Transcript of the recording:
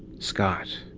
scott,